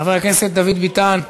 חבר הכנסת דוד ביטן,